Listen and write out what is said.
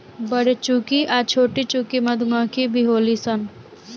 बरेचुकी आ छोटीचुकी मधुमक्खी भी होली सन